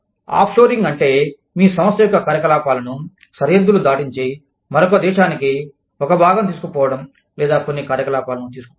of shoring అంటే మీ సంస్థ యొక్క కార్యకలాపాలను సరిహద్దులు దాటించి మరొక దేశానికి ఒక భాగం తీసుకు పోవడం లేదా కొన్ని కార్యకలాపాలను తీసుకు పోవడం